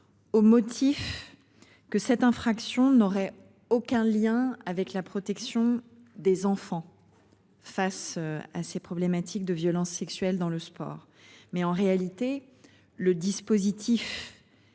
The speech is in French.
Au motif. Que cette infraction n'aurait aucun lien avec la protection des enfants. Face à ces problématiques de violences sexuelles dans le sport. Mais en réalité le dispositif.